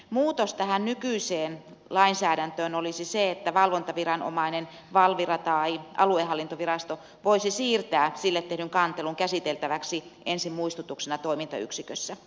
muutos tähän nykyiseen lainsäädäntöön olisi se että valvontaviranomainen valvira tai aluehallintovirasto voisi siirtää sille tehdyn kantelun käsiteltäväksi ensin muistutuksena toimintayksikössä